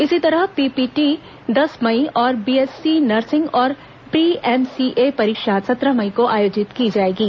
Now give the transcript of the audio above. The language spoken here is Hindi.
इसी तरह पीपीटी दस मई तथा बीएससी नर्सिंग और प्री एमसीए परीक्षा सत्रह मई को आयोजित की जाएंगी